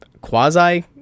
quasi